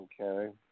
Okay